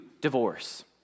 divorce